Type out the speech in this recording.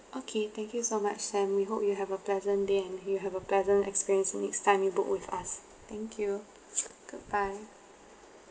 okay thank you so much sam we hope you have a pleasant day and may you have a pleasant experience the next time you book with us thank you goodbye